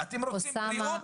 אתם רוצים בריאות?